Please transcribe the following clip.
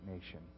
nation